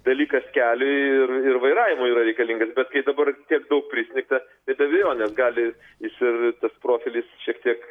dalykas keliui ir ir vairavimui yra reikalingas bet kai dabar tiek daug prisnigta tai be abejonės gali jis ir tas profilis šiek tiek